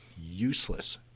useless